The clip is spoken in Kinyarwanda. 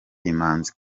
imanzi